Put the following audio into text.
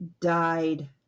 died